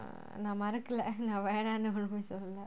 நான்மறக்கலநான்வேணாம்னுஇனிமேசொல்லல:nana marakkala naan venamnu inime sollala